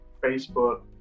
facebook